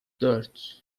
dört